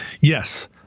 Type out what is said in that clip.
Yes